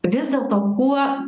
vis dėlto kuo